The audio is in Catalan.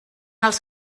els